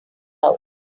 out